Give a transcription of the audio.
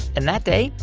and that day,